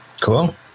Cool